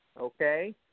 okay